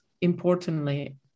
importantly